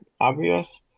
obvious